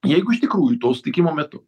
jeigu iš tikrųjų to susitikimo metu